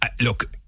Look